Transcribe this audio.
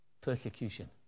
persecution